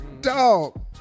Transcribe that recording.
Dog